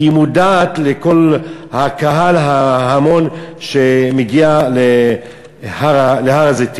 כי היא מודעת לכל הקהל וההמון שמגיע להר-הזיתים.